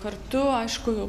kartu aišku